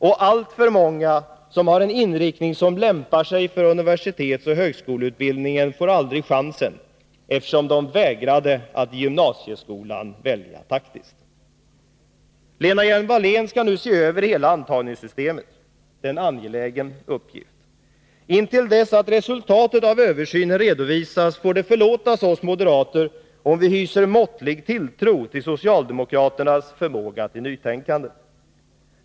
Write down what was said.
Och alltför många som har en inriktning som lämpar sig för universitetsoch högskoleutbildningen får aldrig någon chans, eftersom de vägrade att i gymnasieskolan välja taktiskt. Lena Hjelm-Wallén skall nu se över hela antagningssystemet. Det är en angelägen uppgift. Intill dess att resultatet av översynen redovisats får det förlåtas oss moderater om vi hyser måttlig tilltro till socialdemokraternas förmåga till nytänkande.